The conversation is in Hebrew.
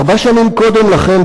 ארבע שנים קודם לכן,